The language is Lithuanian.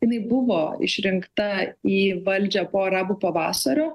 jinai buvo išrinkta į valdžią po arabų pavasario